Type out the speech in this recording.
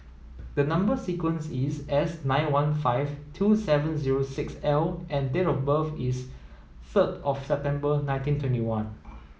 the number sequence is S nine one five two seven zero six L and date of birth is third of September nineteen twenty one